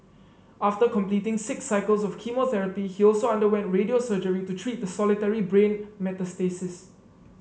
after completing six cycles of chemotherapy he also underwent radio surgery to treat the solitary brain metastasis